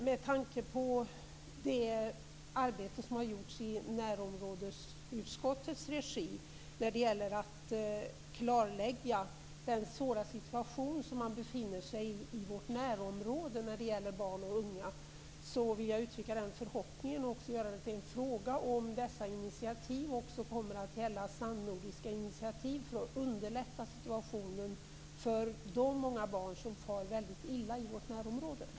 Med tanke på det arbete som har gjorts i närområdesutskottets regi för att klarlägga den svåra situationen för barn och unga i vårt närområde vill jag fråga om dessa initiativ också kommer att omfatta samnordiska initiativ för att underlätta situationen för de många barn i vårt närområde som far väldigt illa.